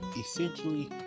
essentially